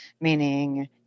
meaning